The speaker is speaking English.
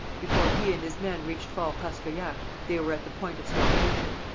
before he and his men reached fort paskoyac they were at the point of starvation.